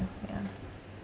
mm yeah